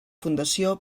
fundació